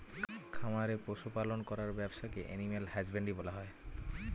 খামারে পশু পালন করার ব্যবসাকে অ্যানিমাল হাজবেন্ড্রী বলা হয়